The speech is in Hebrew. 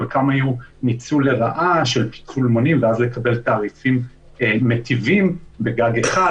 חלקן היו ניצול לרעה של פיצול מונים ואז לקבל תעריפים מיטיבים בגג אחד,